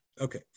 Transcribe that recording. Okay